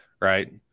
Right